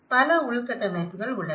பல உள்கட்டமைப்புகள் உள்ளன